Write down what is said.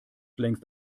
längst